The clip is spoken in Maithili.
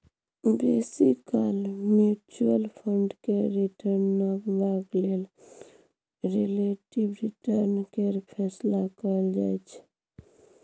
बेसी काल म्युचुअल फंड केर रिटर्न नापबाक लेल रिलेटिब रिटर्न केर फैसला कएल जाइ छै